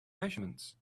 measurements